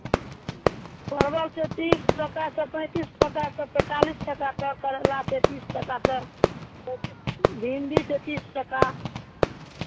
परवल छै तीस टाकासँ पैंतीस टाकासँ चालीस टाका तक करैला छै तीस टाकासँ भिण्डी छै तीस टाका